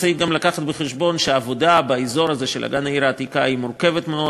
צריך גם להביא בחשבון שהעבודה באזור הזה של אגן העיר העתיקה מורכבת מאוד